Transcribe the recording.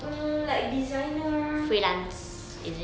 mm like designer